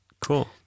cool